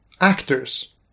actors